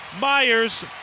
Myers